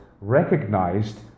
recognized